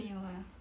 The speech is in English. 没有啦